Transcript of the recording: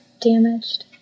damaged